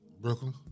Brooklyn